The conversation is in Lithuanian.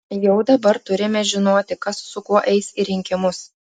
jau dabar turime žinoti kas su kuo eis į rinkimus